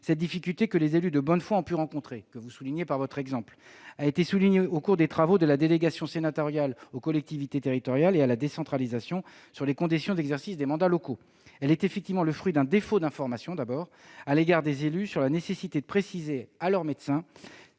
Cette difficulté, que des élus de bonne foi ont pu rencontrer et dont vous avez donné un exemple, monsieur le sénateur Éric Gold, a été soulignée au cours des travaux de la délégation sénatoriale aux collectivités territoriales et à la décentralisation sur les conditions d'exercice des mandats locaux. Elle est effectivement le fruit d'un défaut d'information des élus sur la nécessité de préciser à leur médecin